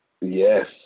Yes